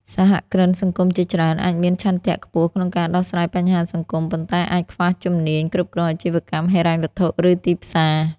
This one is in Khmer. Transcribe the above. សហគ្រិនសង្គមជាច្រើនអាចមានឆន្ទៈខ្ពស់ក្នុងការដោះស្រាយបញ្ហាសង្គម ប៉ុន្តែអាចខ្វះជំនាញគ្រប់គ្រងអាជីវកម្ម ហិរញ្ញវត្ថុ ឬទីផ្សារ។